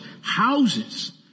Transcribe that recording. houses